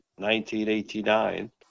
1989